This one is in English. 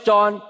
John